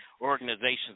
organizations